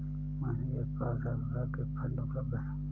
मोहिनी के पास हर प्रकार की फ़ंड उपलब्ध है